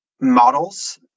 models